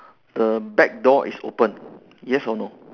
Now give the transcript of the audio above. the back door is open yes or no